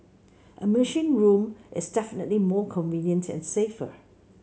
a machine room is definitely more convenient and safer